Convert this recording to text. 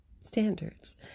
standards